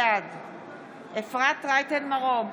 בעד אפרת רייטן מרום,